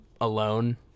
alone